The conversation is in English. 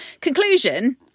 Conclusion